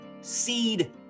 seed